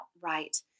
Right